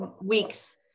weeks